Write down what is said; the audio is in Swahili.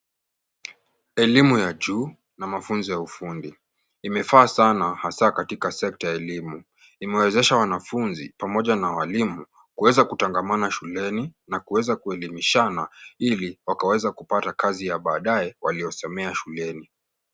Elimu ya juu na mafunzo ya ufundi. Imefaa sana hasa katika sekta ya elimu. Imeqezeaha wanafunzi pamoja na walimu kuweza kutangamana shuleni na kuweza kuelimishana ili wakaweze kupata kazi ya baadaye waliosomea shuleni.